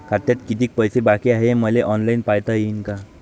खात्यात कितीक पैसे बाकी हाय हे मले ऑनलाईन पायता येईन का?